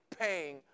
paying